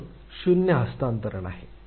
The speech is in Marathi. म्हणून शून्य हस्तांतरण आहे